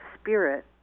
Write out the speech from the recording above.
spirit